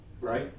Right